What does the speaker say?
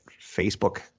Facebook